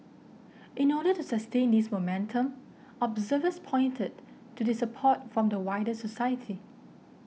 in order to sustain this momentum observers pointed to the support from the wider society